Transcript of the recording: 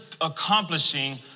Accomplishing